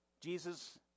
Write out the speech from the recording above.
Jesus